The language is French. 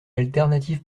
alternative